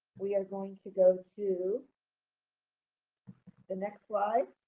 we are going to go to the next slide.